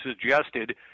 suggested